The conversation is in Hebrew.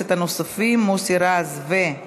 התרת נישואין אזרחיים),